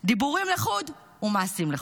דיבורים לחוד ומעשים לחוד.